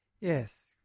Yes